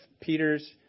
Peter's